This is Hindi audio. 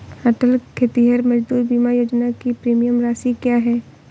अटल खेतिहर मजदूर बीमा योजना की प्रीमियम राशि क्या है?